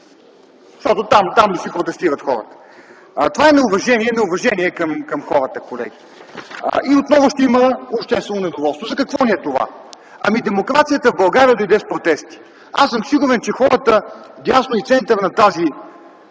Там да си протестират хората. Това е неуважение към хората, колеги. Отново ще има обществено недоволство, за какво ни е това? Демокрацията в България дойде с протести. Аз съм сигурен, че хората вдясно и центъра на тази